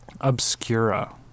obscura